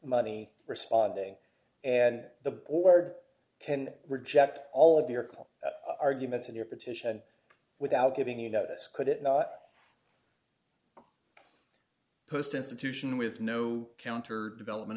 money responding and the board can reject all of their call arguments in your petition without giving you notice could it not post institution with no counter development